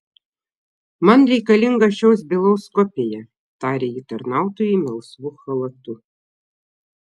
man reikalinga šios bylos kopija tarė ji tarnautojui melsvu chalatu